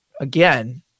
again